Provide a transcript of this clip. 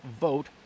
vote